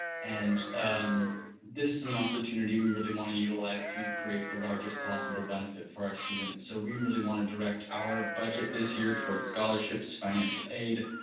and this is an opportunity we really want to utilize to create the largest possible benefit for our students. so we really want to direct our budget this year towards scholarships, financial aid.